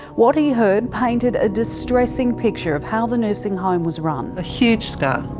what he heard painted a distressing picture of how the nursing home was run. a huge scar,